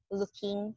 looking